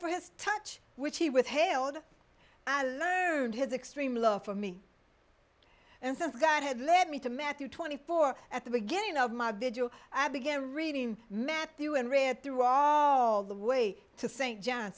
for his touch which he withheld i learned his extreme love for me and since god had led me to matthew twenty four at the beginning of my vigil i began reading matthew and read through all the way to saint john